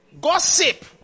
Gossip